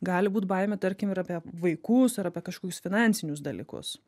gali būt baimė tarkim ir apie vaikus ar apie kažkokius finansinius dalykus